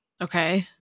Okay